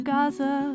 Gaza